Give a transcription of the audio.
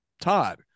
Todd